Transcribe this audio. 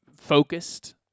focused